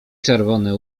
czerwone